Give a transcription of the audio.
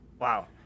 Wow